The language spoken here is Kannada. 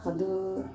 ಅದು